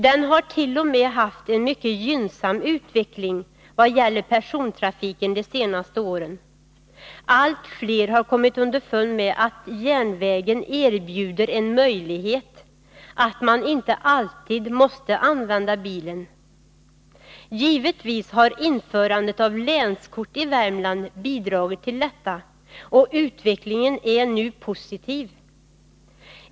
Den har t.o.m. haft en mycket gynnsam utveckling vad gäller persontrafiken de senaste åren. Allt fler har kommit underfund med att järnvägen erbjuder en möjlighet, att man inte alltid måste använda bilen. Givetvis har införandet av länskort i Värmland bidragit till detta, och utvecklingen är nu positiv.